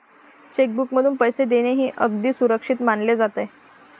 check बुकमधून पैसे देणे हे अगदी सुरक्षित मानले जाते